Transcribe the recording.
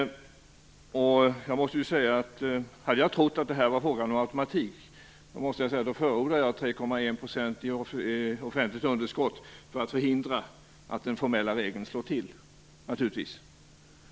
Hade jag trott att det här var fråga om automatik skulle jag naturligtvis säga att jag förordar 3,1 % i offentligt underskott för att förhindra att den formella regeln slår till.